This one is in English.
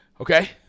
Okay